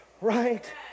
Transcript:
right